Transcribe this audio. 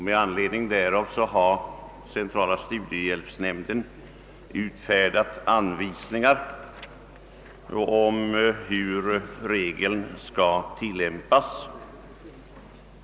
Med anledning därav har centrala studiehjälpsnämnden utfärdat anvisningar om hur regeln skall tilllämpas.